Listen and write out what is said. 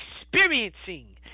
experiencing